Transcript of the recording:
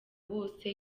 wose